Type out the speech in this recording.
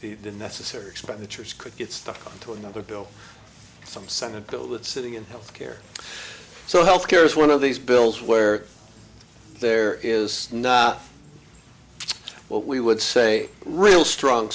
the necessary expenditures could get stuck onto another bill some senate bill that sitting in health care so health care is one of these bills where there is no what we would say real strong